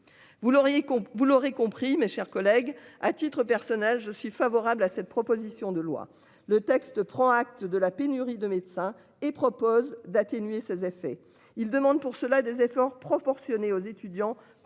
vous l'aurez compris, mes chers collègues, à titre personnel, je suis favorable à cette. Proposition de loi, le texte prend acte de la pénurie de médecins et propose d'atténuer ses effets ils demandent pour cela des efforts proportionnés aux étudiants comme